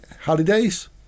holidays